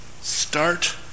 Start